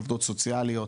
עובדות סוציאליות,